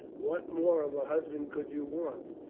what more of a husband could you want?